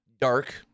Dark